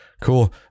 Cool